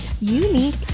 unique